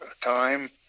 time